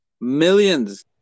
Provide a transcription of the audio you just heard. millions